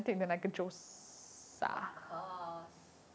of course